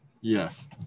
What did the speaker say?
Yes